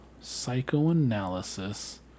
Psychoanalysis